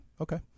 Okay